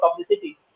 publicity